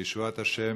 לישועת ה',